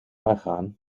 weggaan